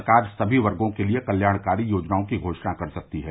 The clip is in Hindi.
सरकार सभी वर्गों के लिए कल्याणकारी योजनाओं की घोषणा कर सकती है